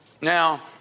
Now